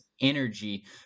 energy